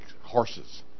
horses